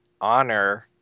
honor